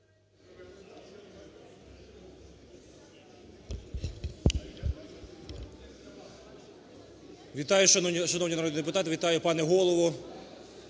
Вітаю, шановні народні депутати! Вітаю, пане Голово!